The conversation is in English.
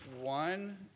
one